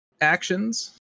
actions